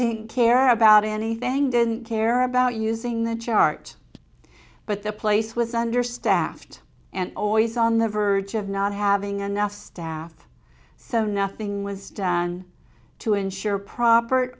didn't care about anything didn't care about using the chart but the place was understaffed and always on the verge of not having enough staff so nothing was done to ensure proper